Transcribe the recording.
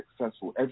successful